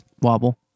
Wobble